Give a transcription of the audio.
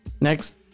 Next